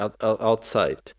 outside